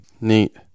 Neat